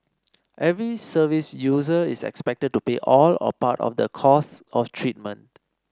every service user is expected to pay all or part of the costs of treatment